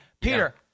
Peter